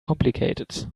complicated